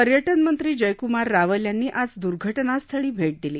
पर्यटन मंत्री जयकुमार रावल यांनी आज दुर्घटनास्थळी भेट दिली